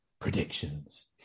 Predictions